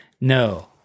no